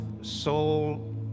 soul